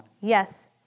Yes